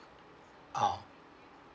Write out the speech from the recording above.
ah